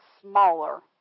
smaller